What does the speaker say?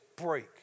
break